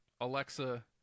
Alexa